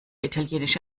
italienische